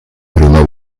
prima